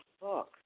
book